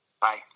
Bye